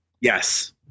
Yes